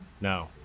No